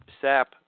sap